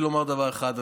אני רוצה לומר דבר אחד,